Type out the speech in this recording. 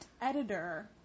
editor